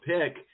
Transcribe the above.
pick